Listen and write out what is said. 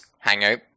Hangout